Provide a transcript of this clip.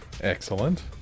Excellent